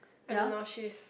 I don't know she's